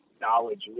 knowledge